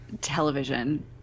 television